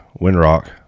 Windrock